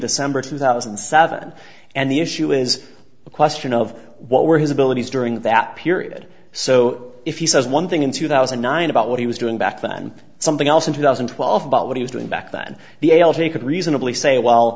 december two thousand and seven and the issue is a question of what were his abilities during that period so if he says one thing in two thousand and nine about what he was doing back then something else in two thousand and twelve about what he was doing back then the l g a could reasonably say well